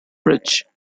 bridge